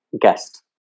guest